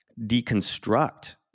deconstruct